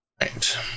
Right